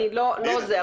לא זה,